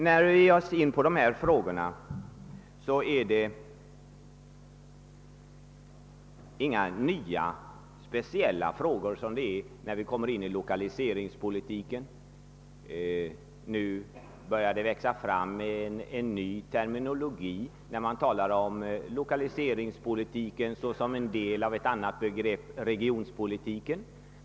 Dessa frågor beträffande lokaliseringspolitiken är inga nya, speciella frågor. Men det börjar växa fram en ny terminologi. Man talar om lokaliseringspolitiken som en del av ett annat begrepp, regionpolitiken.